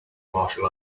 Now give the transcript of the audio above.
martial